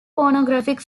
pornographic